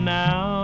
now